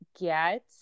get